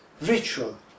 ritual